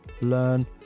learn